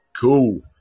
cool